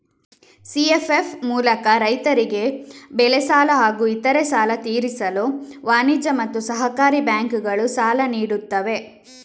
CFF ಮೂಲಕ ರೈತರಿಗೆ ಬೆಳೆ ಸಾಲ ಹಾಗೂ ಇತರೆ ಸಾಲ ತೀರಿಸಲು ವಾಣಿಜ್ಯ ಮತ್ತು ಸಹಕಾರಿ ಬ್ಯಾಂಕುಗಳು ಸಾಲ ನೀಡುತ್ತವೆ